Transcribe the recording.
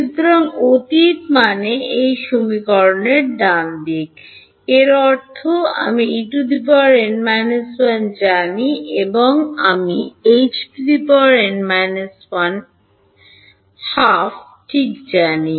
সুতরাং অতীত মানে এই সমীকরণের ডান হাত এর অর্থ আমি En 1 জানি আমি H n − 12 ঠিক জানি